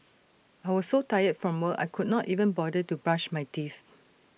I was so tired from work I could not even bother to brush my teeth